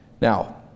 Now